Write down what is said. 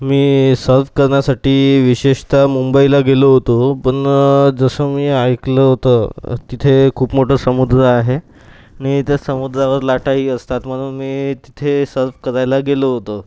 मी surf करण्यासाठी विशेषत मुंबईला गेलो होतो पण जसं मी ऐकलं होतं तिथे खूप मोठा समुद्र आहे आणि त्या समुद्रावर लाटाही असतात म्हणून मी तिथे सर्फ करायला गेलो होतो